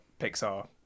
Pixar